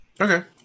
Okay